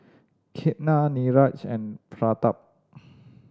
Ketna Niraj and Pratap